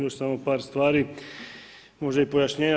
Još samo par stvari, možda i pojašnjenja.